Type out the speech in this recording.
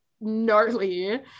gnarly